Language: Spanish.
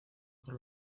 por